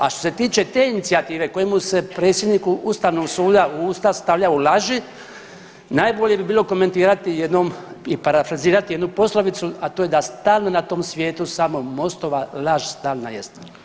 A što se tiče te inicijative kojemu se predsjedniku ustavnog suda u usta stavljaju laži, najbolje bi bilo komentirati jednom i parafrazirati jednu poslovicu, a to je da stalno na tom svijetu samo mostova laž stalna jest.